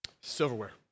silverware